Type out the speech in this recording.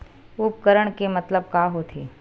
उपकरण के मतलब का होथे?